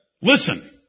Listen